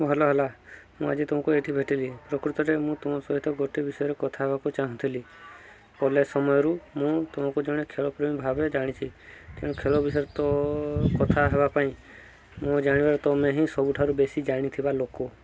ଭଲ ହେଲା ମୁଁ ଆଜି ତମକୁ ଏଇଠି ଭେଟିଲି ପ୍ରକୃତରେ ମୁଁ ତୁମ ସହିତ ଗୋଟେ ବିଷୟରେ କଥା ହେବାକୁ ଚାହୁଁଥିଲି କଲେଜ୍ ସମୟରୁ ମୁଁ ତୁମକୁ ଜଣେ ଖେଳପ୍ରେମୀ ଭାବେ ଜାଣିଛି ତେଣୁ ଖେଳ ବିଷୟରେ କଥା ହେବାପାଇଁ ମୋ ଜାଣିବାରେ ତୁମେ ହିଁ ସବୁଠାରୁ ବେଶୀ ଜାଣିଥିବା ଲୋକ